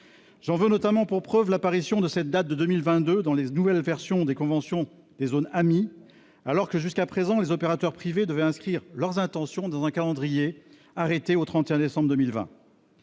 J'en veux notamment pour preuve l'apparition de cette date de 2022 dans les nouvelles versions des conventions des zones dites AMII, alors que, jusqu'à présent, les opérateurs privés devaient inscrire leurs intentions dans un calendrier arrêté au 31 décembre 2020.